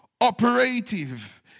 operative